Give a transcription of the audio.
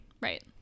right